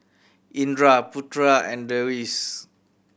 Indra Putera and Deris